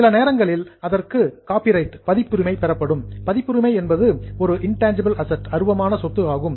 சில நேரங்களில் அதற்கு காபிரைட் பதிப்புரிமை பெறப்படும் பதிப்புரிமை என்பது ஒரு இன்டேன்ஜிபிள் ஆசெட்ஸ் அருவமான சொத்து ஆகும்